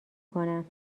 کنم